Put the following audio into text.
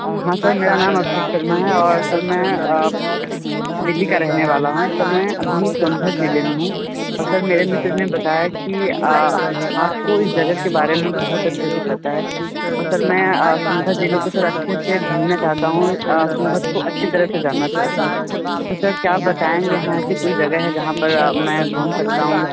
हाँ सर मेरा नाम अभिषेक शर्मा है और सर मैं दिल्ली का रहने वाला हूँ सर मैं अभी सोनभद्र जिले में हूँ और सर मेरे मित्र ने बताया की आपको इस जगह के बारे में बहुत अच्छे से पता है और सर मैं सोनभद्र जिलों के साथ अच्छे से घूमना चाहता हूँ सोनभद्र को अच्छी तरह से जानना चाहता हूँ तो सर क्या आप बताएंगे हाँ ऐसी कोई जगह है जहाँ पर मैं घूम सकता हूँ